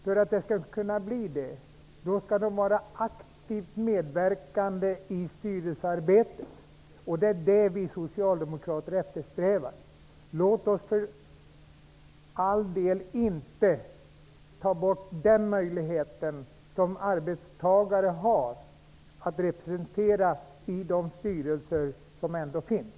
För att det skall kunna bli det, måste de vara aktivt medverkande i styrelsearbetet. Det är det vi socialdemokrater eftersträvar. Låt oss för all del inte ta bort den möjlighet som arbetstagare har att representera i de styrelser som ändå finns!